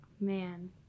man